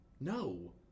No